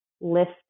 lift